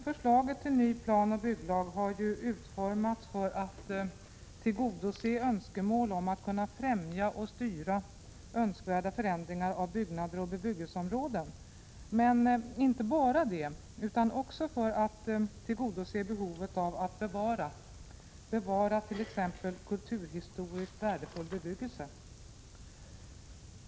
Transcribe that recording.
Förslaget till ny planoch bygglag har utformats för att tillgodose önskemål om att kunna främja och styra önskvärda förändringar av byggnader och bebyggelseområden, men inte bara det, utan också för att tillgodose behovet av att bevara t.ex. kulturhistoriskt värdefull bebyggelse.